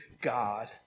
God